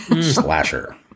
Slasher